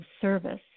service